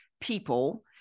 people